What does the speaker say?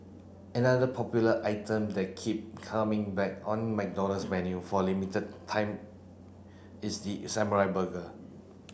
another popular item that keep coming back on McDonald's menu for a limited time is the samurai burger